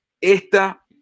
Esta